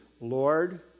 Lord